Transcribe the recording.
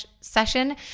session